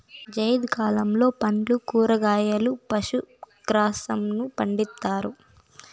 జైద్ కాలంలో పండ్లు, కూరగాయలు, పశు గ్రాసంను పండిత్తారు